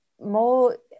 more